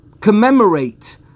Commemorate